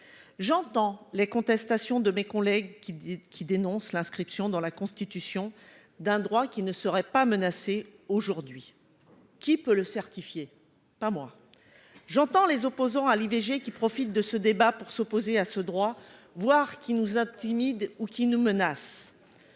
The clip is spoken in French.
J'entends les contestations de mes collègues qui dénoncent l'inscription dans la Constitution d'un droit qui ne serait aujourd'hui pas menacé. Qui peut le certifier ? Pas moi ! J'entends les opposants à l'IVG qui profitent de ce débat pour s'opposer à ce droit, voire qui nous intimident ou nous menacent.